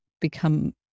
become